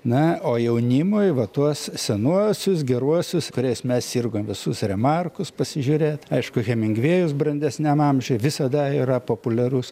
na o jaunimui va tuos senuosius geruosius kuriais mes sirgom visus remarkus pasižiūrėt aišku hemingvėjus brandesniam amžiui visada yra populiarus